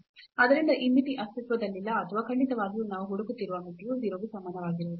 ಆದ್ದರಿಂದ ಈ ಮಿತಿ ಅಸ್ತಿತ್ವದಲ್ಲಿಲ್ಲ ಅಥವಾ ಖಂಡಿತವಾಗಿಯೂ ನಾವು ಹುಡುಕುತ್ತಿರುವ ಮಿತಿಯು 0 ಗೆ ಸಮನಾಗಿರುವುದಿಲ್ಲ